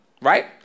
right